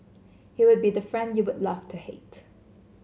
he would be the friend you would love to hate